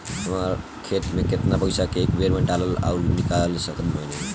हमार खाता मे केतना पईसा एक बेर मे डाल आऊर निकाल सकत बानी?